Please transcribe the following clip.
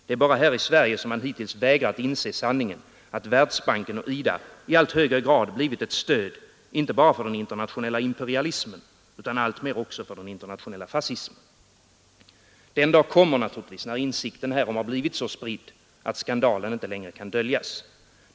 Det är bara här i Sverige som man hittills vägrat inse sanningen att Världsbanken och IDA i allt högre grad blivit ett stöd inte bara för den internationella imperialismen utan alltmer också för den internationella Den dag kommer naturligtvis när insikten härom blivit så spridd, att skandalen inte längre kan döljas.